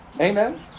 amen